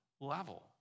level